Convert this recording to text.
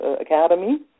Academy